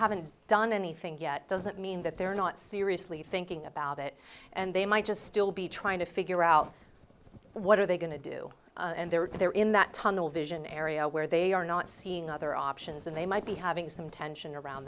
haven't done anything yet doesn't mean that they're not seriously thinking about it and they might just still be trying to figure out what are they going to do and they're there in that tunnel vision area where they are not seeing other options and they might be having some tension around